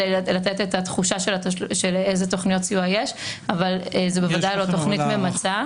לתת את התחושה איזה תכניות סיוע יש אבל זה בוודאי לא תכנית ממצה.